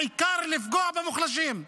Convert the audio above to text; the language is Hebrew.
העיקר לפגוע במוחלשים,